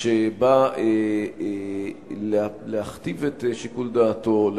שבא להכתיב את שיקול דעתו,